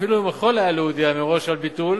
אפילו אם היה יכול להודיע מראש על ביטול